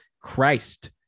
Christ